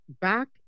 back